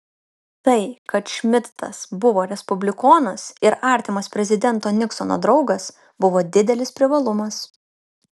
tai kad šmidtas buvo respublikonas ir artimas prezidento niksono draugas buvo didelis privalumas